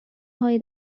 های